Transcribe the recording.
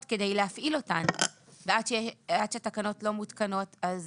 כדי להפעיל אותן ועד שתקנות לא מותקנות אז